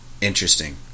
Interesting